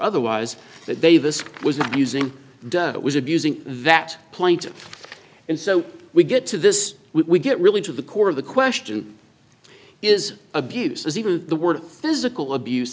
otherwise that davis was not using it was abusing that point and so we get to this we get really to the core of the question is abuse is even the word physical abuse